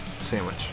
sandwich